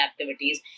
activities